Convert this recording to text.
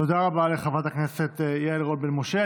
תודה רבה לחברת הכנסת יעל רון בן משה.